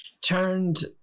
turned